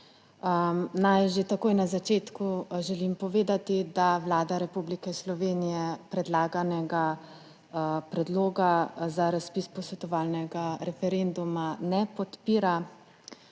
Naj že takoj na začetku želim povedati, da Vlada Republike Slovenije predlaganega predloga za razpis posvetovalnega referenduma ne podpira.